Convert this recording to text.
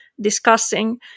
discussing